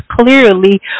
clearly